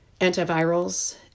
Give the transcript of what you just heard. antivirals